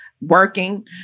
Working